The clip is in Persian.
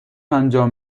انجام